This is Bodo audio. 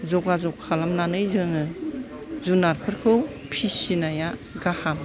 जगाजग खालामनानै जोङो जुनातफोरखौ फिसिनाया गाहाम